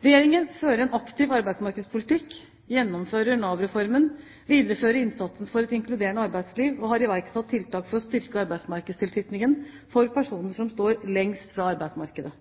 Regjeringen fører en aktiv arbeidsmarkedspolitikk, gjennomfører Nav-reformen, viderefører innsatsen for et inkluderende arbeidsliv og har iverksatt tiltak for å styrke arbeidsmarkedstilknytningen for personer som står lengst fra arbeidsmarkedet.